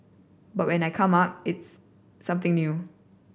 but when I come up it's something new